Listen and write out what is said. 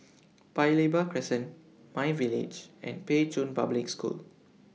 Paya Lebar Crescent MyVillage and Pei Chun Public School